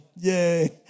Yay